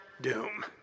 Doom